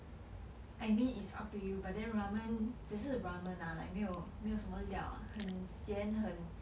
I mean it's up to you but then ramen 只是 ramen ah like 没有没有什么料很咸很